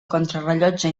contrarellotge